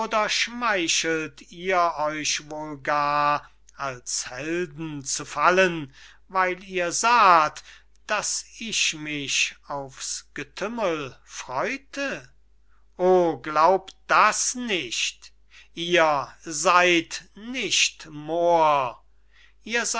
schmeichelt ihr euch wohl gar als helden zu fallen weil ihr saht daß ich mich auf's getümmel freute oh glaubt das nicht ihr seyd nicht moor ihr